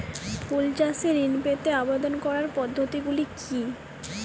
ফুল চাষে ঋণ পেতে আবেদন করার পদ্ধতিগুলি কী?